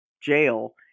jail